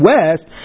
West